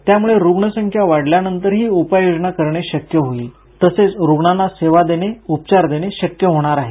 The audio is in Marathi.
त्यामुळे रुग्णसंख्या वाढल्यानंतरही उपाययोजना करणे शक्य होईल तसेच रुग्णांना सेवा देणे उपचार देणे शक्य होणार आहे